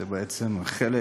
זה בעצם חלק